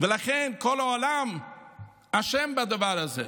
לכן כל העולם אשם בדבר הזה,